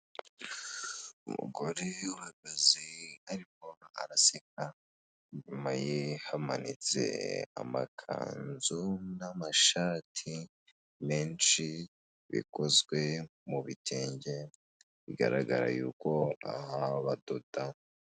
Umugore uhagaze arimo araseka, inyuma ye hamanitse amakanzu n'amashati menshi bikozwe mu bitenge bigaragara yuko aha badoda.